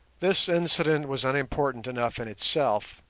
this incident was unimportant enough in itself,